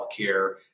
healthcare